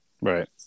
right